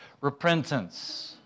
repentance